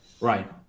Right